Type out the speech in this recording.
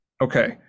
okay